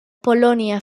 polònia